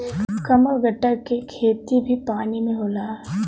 कमलगट्टा के खेती भी पानी में होला